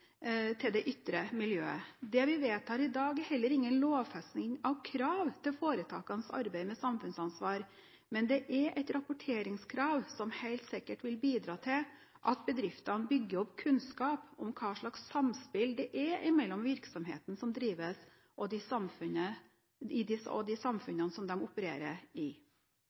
vi vedtar i dag, er heller ingen lovfesting av krav til foretakenes arbeid med samfunnsansvar. Men det er et rapporteringskrav som helt sikkert vil bidra til at bedriftene bygger opp kunnskap om hvilket samspill det er mellom virksomheten som drives, og de samfunn som de opererer i. Ikke minst vil det være nyttig for de bedriftene som oppfattes å være i